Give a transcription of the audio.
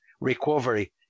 recovery